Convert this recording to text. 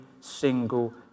single